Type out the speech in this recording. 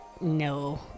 no